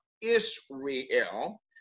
Israel